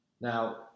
Now